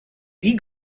die